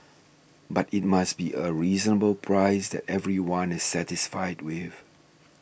but it must be a reasonable price that everyone is satisfied with